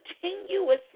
continuously